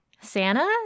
Santa